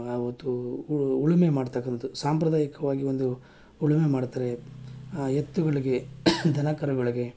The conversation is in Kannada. ಅವತ್ತು ಉಳುಮೆ ಮಾಡ್ತಕಂಥ ಸಾಂಪ್ರದಾಯಿಕವಾಗಿ ಒಂದು ಉಳುಮೆ ಮಾಡ್ತಾರೆ ಆ ಎತ್ತುಗಳಿಗೆ ದನಕರುಗಳಿಗೆ